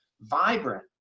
vibrant